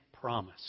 promise